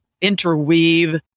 interweave